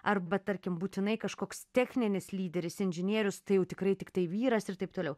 arba tarkim būtinai kažkoks techninis lyderis inžinierius tai jau tikrai tiktai vyras ir taip toliau